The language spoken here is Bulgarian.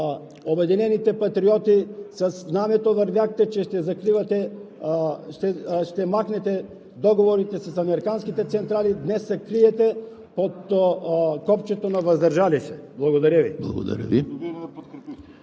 „Обединени патриоти“, със знамето вървяхте, че ще махнете договорите с американските централи, а днес се криете от копчето на „въздържал се“. Благодаря Ви.